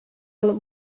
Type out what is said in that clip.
алып